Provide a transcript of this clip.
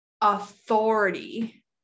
authority